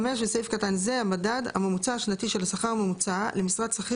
(5) בסעיף קטן זה - "המדד" הממוצע השנתי של השכר הממוצע למשרת שכיר